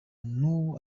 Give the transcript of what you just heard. n’ubu